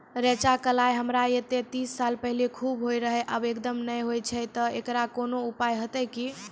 रेचा, कलाय हमरा येते तीस साल पहले खूब होय रहें, अब एकदम नैय होय छैय तऽ एकरऽ कोनो उपाय हेते कि?